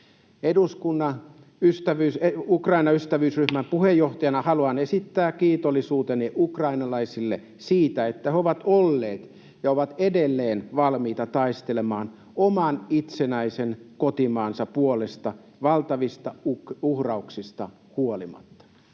Eduskunnan Ukraina-ystävyysryhmän puheenjohtajana haluan esittää kiitollisuuteni ukrainalaisille siitä, että he ovat olleet ja ovat edelleen valmiita taistelemaan oman itsenäisen kotimaansa puolesta valtavista uhrauksista huolimatta.